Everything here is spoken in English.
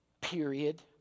period